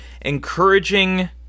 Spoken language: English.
encouraging